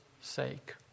sake